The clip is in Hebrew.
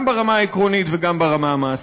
גם ברמה העקרונית וגם ברמה המעשית?